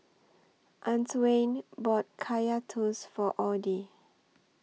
Antwain bought Kaya Toast For Audy